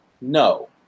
No